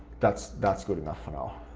that's that's good enough for now.